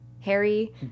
Harry